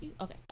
Okay